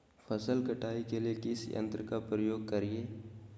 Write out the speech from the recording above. फसल कटाई के लिए किस यंत्र का प्रयोग करिये?